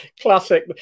Classic